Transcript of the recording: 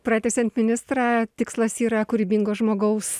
pratęsiant ministrą tikslas yra kūrybingo žmogaus